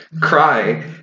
Cry